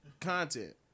content